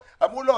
אמרו: לא,